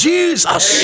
Jesus